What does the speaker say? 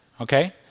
okay